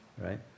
right